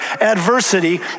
adversity